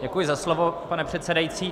Děkuji za slovo, pane předsedající.